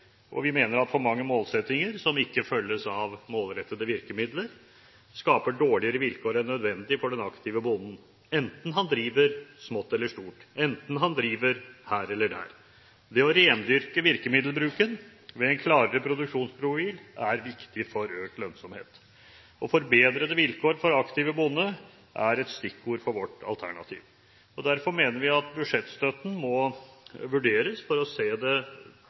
og vi mener at for mange målsettinger som ikke følges av målrettede virkemidler, skaper dårligere vilkår enn nødvendig for den aktive bonden, enten han driver smått eller stort, enten han driver her eller der. Det å rendyrke virkemiddelbruken ved en klarere produksjonsprofil er viktig for økt lønnsomhet, og forbedrede vilkår for den aktive bonde er et stikkord for vårt alternativ. Derfor mener vi at budsjettstøtten må vurderes for å se det